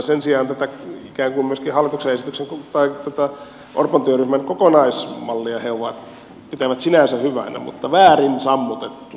sen sijaan pelkkä humus ja aseistuksen tai tätä orpon työryhmän kokonaismallia he pitävät sinänsä hyvänä mutta väärin sammutettuna